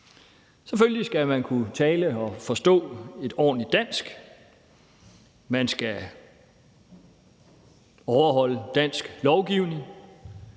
Selvfølgelig skal man kunne tale og forstå et ordentligt dansk, man skal overholde dansk lovgivning,